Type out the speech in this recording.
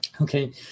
Okay